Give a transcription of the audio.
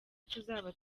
tuzaba